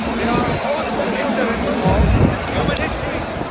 they are also ignorant of human history.